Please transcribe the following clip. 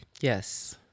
yes